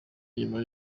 nyuma